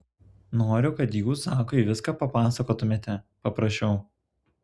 noriu kad jūs zakui viską papasakotumėte paprašiau